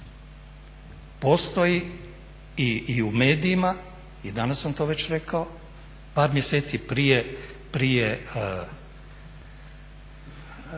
postoji i u medijima i danas sam to već rekao, par mjeseci prije